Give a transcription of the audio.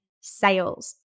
sales